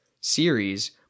series